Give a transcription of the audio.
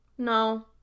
no